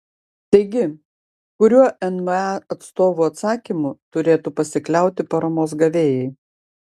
taigi kuriuo nma atstovų atsakymu turėtų pasikliauti paramos gavėjai